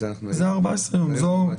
זה 14 ימים.